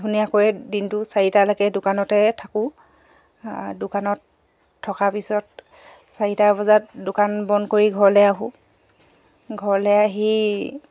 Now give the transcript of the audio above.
ধুনীয়াকৈ দিনটো চাৰিটালৈকে দোকানতে থাকোঁ দোকানত থকা পিছত চাৰিটা বজাত দোকান বন্ধ কৰি ঘৰলে আহোঁ ঘৰলে আহি